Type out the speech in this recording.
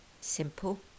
simple